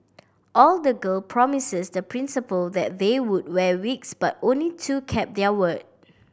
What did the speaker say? all the girl promised the Principal that they would wear wigs but only two kept their word